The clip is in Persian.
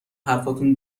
حرفاتون